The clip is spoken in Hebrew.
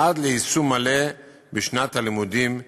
עד ליישום מלא בשנת הלימודים תשע"ט.